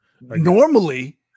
Normally